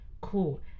cool